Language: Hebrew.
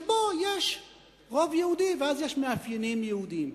שמכיוון שיש בו רוב יהודי אז יש מאפיינים יהודיים.